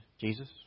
Jesus